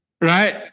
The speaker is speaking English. right